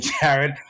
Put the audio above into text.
Jared